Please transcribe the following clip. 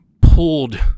pulled